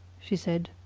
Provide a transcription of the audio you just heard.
she said.